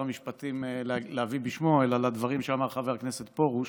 המשפטים להביא בשמו אלא מהדברים שאמר חבר הכנסת פרוש